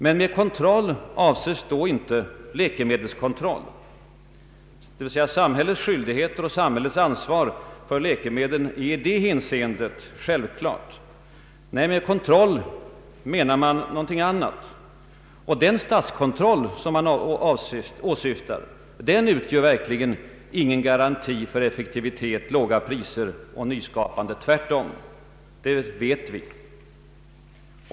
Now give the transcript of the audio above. Men med kontroll avses då inte läkemedelskontroll. Samhällets skyldigheter och samhällets ansvar för läkemedlen är i det hänseendet självklara. Nej, med kontroll menar man här någonting annat. Och den statskontroll som man åsyftar utgör verkligen ingen garanti för effektivitet, låga priser och nyskapande — tvärtom, det vet vi.